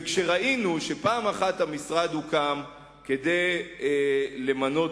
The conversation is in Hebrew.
וכשראינו שפעם אחת המשרד הוקם כדי למנות